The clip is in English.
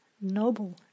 noble